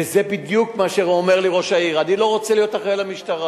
וזה בדיוק מה שאומר לי ראש העיר: אני לא רוצה להיות אחראי למשטרה,